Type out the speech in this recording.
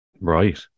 Right